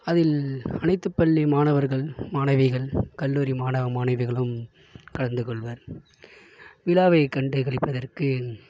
அதில் அனைத்துப் பள்ளி மாணவர்கள் மாணவிகள் கல்லூரி மாணவ மாணவிகளும் கலந்துக்கொள்வர் விழாவைக் கண்டு களிப்பதற்கு